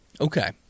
Okay